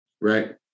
Right